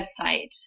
website